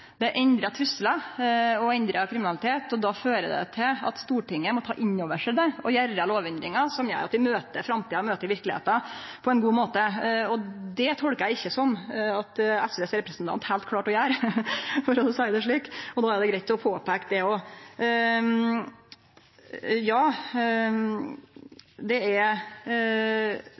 Det er endra truslar og endra kriminalitet, og då må Stortinget ta det inn over seg og gjere lovendringar som gjer at framtida møter verkelegheita på ein god måte. Det synest eg ikkje at SVs representant heilt klarte å gjere, for å seie det slik. Då er det greitt å påpeike det òg. Stortingsfleirtalet er einig om at vi ikkje skal ha generell væpning. Då er